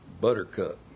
Buttercup